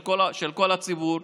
של כל הציבור,